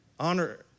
Honor